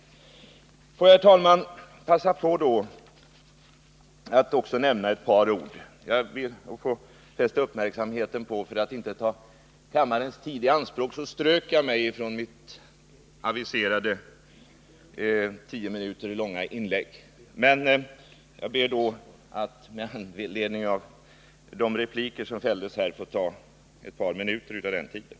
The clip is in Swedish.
Får jag, herr talman, passa på att säga ytterligare ett par ord. Jag ber att få fästa uppmärksamheten på att jag för att inte ta kammarens tid i anspråk strök mitt namn från talarlistan och ämnade avstå från mitt aviserade, tio minuter långa inlägg. Men med anledning av de repliker som fällts här i dag ber jag att få ta ett par minuter i anspråk av den tiden.